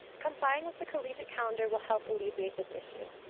complying with the collegiate calendar will help alleviate this issue.